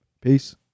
Peace